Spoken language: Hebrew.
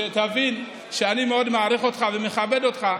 שתבין שאני מאוד מעריך אותך ומכבד אותך,